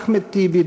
אחמד טיבי,